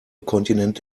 kontinent